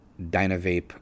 Dynavape